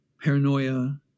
paranoia